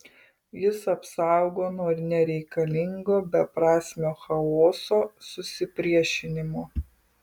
jis apsaugo nuo nereikalingo beprasmio chaoso susipriešinimo